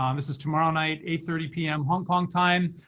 um this is tomorrow night eight thirty pm hong kong time.